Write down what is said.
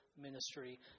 ministry